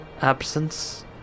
absence